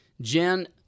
Jen